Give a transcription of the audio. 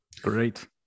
Great